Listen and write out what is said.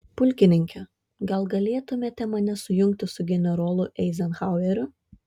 pulkininke gal galėtumėte mane sujungti su generolu eizenhaueriu